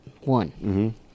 one